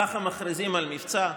ככה מכריזים על מבצע?